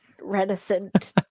reticent